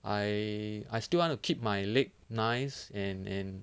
I I still want to keep my leg nice and and